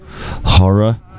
Horror